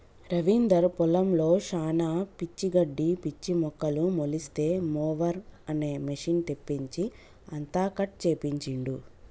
రవీందర్ పొలంలో శానా పిచ్చి గడ్డి పిచ్చి మొక్కలు మొలిస్తే మొవెర్ అనే మెషిన్ తెప్పించి అంతా కట్ చేపించిండు